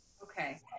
Okay